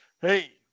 Hey